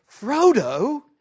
Frodo